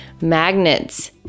magnets